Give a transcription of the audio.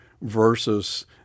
versus